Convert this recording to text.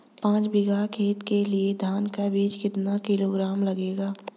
पाँच बीघा खेत के लिये धान का बीज कितना किलोग्राम लगेगा?